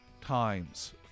times